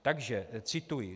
Takže cituji: